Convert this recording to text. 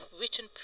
written